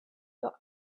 your